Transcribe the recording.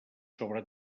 sobre